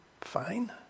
fine